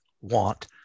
want